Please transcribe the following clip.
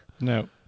No